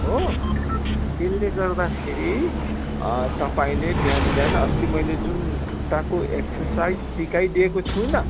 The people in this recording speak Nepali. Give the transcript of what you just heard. हो त्यसले गर्दाखेरि तपाईँले बिहान बिहान अस्ति मैले जुन खुट्टाको एक्सर्साइज सिकाइदिएको छु न